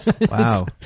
Wow